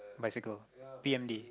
bicycle P_N_G